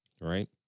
right